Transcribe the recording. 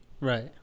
Right